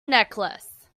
necklace